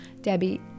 Debbie